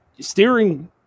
Steering